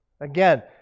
Again